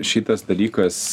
šitas dalykas